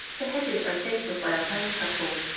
the hedges are thick with wild honeysuckle,